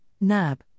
NAB